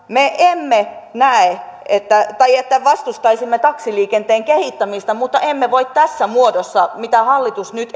me emme näe että vastustaisimme taksiliikenteen kehittämistä mutta emme voi tässä muodossa mitä hallitus nyt